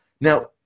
Now